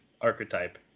archetype